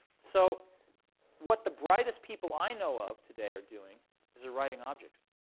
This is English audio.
so what the brightest people i know of today are doing is they're writing objects.